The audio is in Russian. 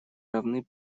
равны